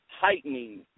heightening